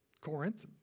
Corinth